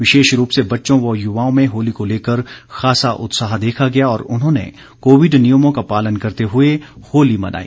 विशेष रूप से बच्चों व युवाओं में होली को लेकर खासा उत्साह देखा गया और उन्होंने कोविड नियमों का पालन करते हुए होली मनाई